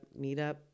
meetup